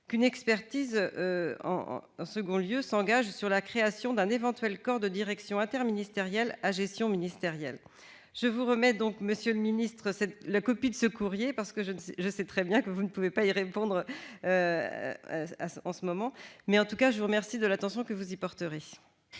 qu'une expertise soit engagée sur la création d'un éventuel corps de direction interministériel à gestion ministérielle. Je vous remets donc, monsieur le ministre, copie de ce courrier parce que je sais bien que vous ne pouvez pas y répondre présentement. Je vous remercie de l'attention que vous y porterez.